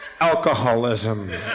alcoholism